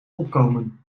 opkomen